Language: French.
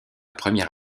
première